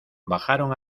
bajaron